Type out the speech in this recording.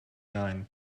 nine